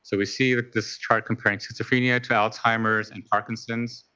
so we see this chart comparing schizophrenia to alzheimer's and parkinson's.